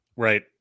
right